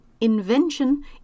Invention